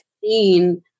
seen